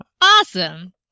Awesome